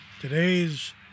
Today's